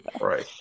Right